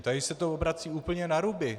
Tady se to obrací úplně naruby.